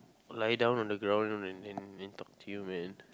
lie down on the ground and and and talk to you man